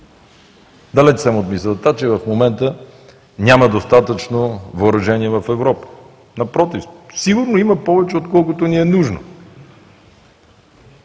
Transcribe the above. Далеч съм от мисълта, че в момента няма достатъчно въоръжение в Европа. Напротив, сигурно има повече, отколкото ни е нужно.